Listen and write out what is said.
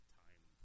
time